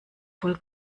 voll